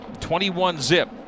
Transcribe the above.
21-zip